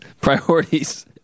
priorities